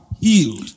healed